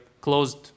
closed